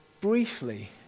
briefly